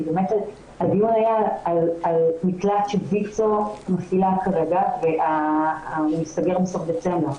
כי הדיון היה על מקלט שוויצ"ו מפעילה כרגע והוא ייסגר בסוף דצמבר.